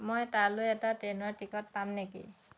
মই তালৈ এটা ট্ৰেইনৰ টিকট পাম নেকি